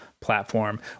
Platform